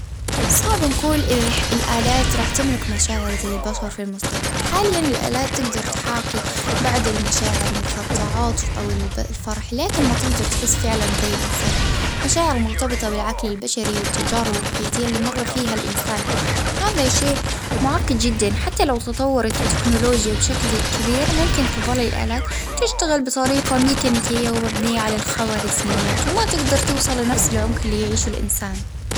صعب نقول الآلات راح تملك مشاعر زي البشر في المستقبل، حاليا الآلات تقدر تحاكي بعض المشاعر مثل التعاطف أو الفرح، لكن ما تقدر تحس فعلا زي الإنسان، مشاعره مرتبطة بالعقل البشري والتجارب الحياتية اللي مرت فيها الإنسان، وهذا شيء معقد جدا حتى لو تطورت بشكل كبير، ممكن تظل الآلات تشتغل بطريقة ميكانيكية، ومبنية على الخوارزميات، وما تقدر توصل لنفس العمق اللي يعيشه الإنسان.